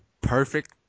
perfect